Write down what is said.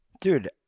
Dude